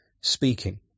speaking